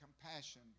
compassion